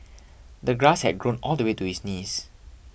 the grass had grown all the way to his knees